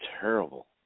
terrible